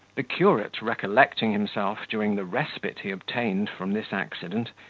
the curate recollecting himself during the respite he obtained from this accident,